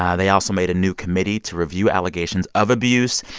um they also made a new committee to review allegations of abuse.